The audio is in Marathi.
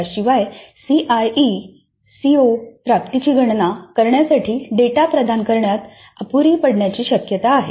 त्याशिवाय सीआयई सीओ प्राप्तीची गणना करण्यासाठी डेटा प्रदान करण्यात अपुरी पडण्याची शक्यता आहे